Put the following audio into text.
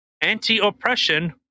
anti-oppression